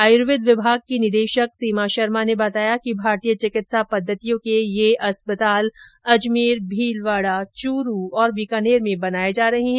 आयुर्वेद विभाग की निदेशक सीमा शर्मा ने बताया कि भारतीय चिकित्सा पद्धतियों के ये अस्पताल अजमेर भीलवाड़ा च्रू और बीकानेर में बनाए जा रहे हैं